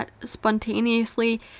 spontaneously